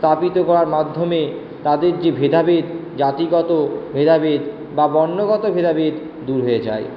স্থাপিত করার মাধ্যমে তাদের যে ভেদাভেদ জাতিগত ভেদাভেদ বা বর্ণগত ভেদাভেদ দূর হয়ে যায়